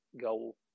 go